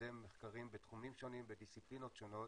לקדם מחקרים בתחומים שונים ובדיסציפלינות שונות